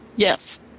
Yes